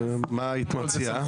מה היית מציעה?